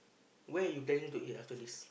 where you intending to eat after this